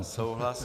Souhlasí.